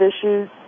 issues